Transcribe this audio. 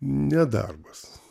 ne darbas